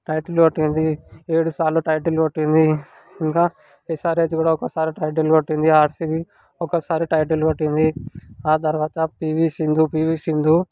title కొట్టింది ఏడుసార్లు title కొట్టింది ఇంకా ఎస్ఆర్హెచ్ కూడా ఒకసారి టైటిల్ కొట్టింది ఆర్సిబి ఒకసారి టైటిల్ కొట్టింది ఆ తర్వాత పీవీ సింధు పీవీ సింధు